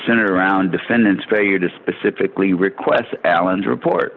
center around defendant's failure to specifically request alan's report